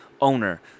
owner